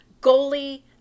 Goalie